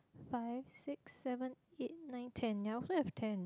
fix six seven eight nine ten ya I also have ten